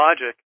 logic